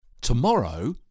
Tomorrow